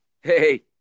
Hey